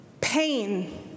Pain